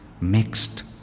mixed